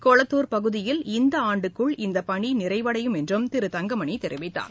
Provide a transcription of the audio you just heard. கொளத்தூர் பகுதியில் இந்தஆண்டுக்குள் இந்தபணிநிறைவடையும் என்றும் திரு தங்கமணிதெரிவித்தார்